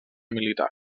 militar